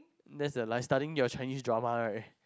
that's the life studying your Chinese drama right